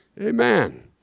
Amen